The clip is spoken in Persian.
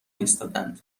ایستادن